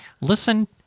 listen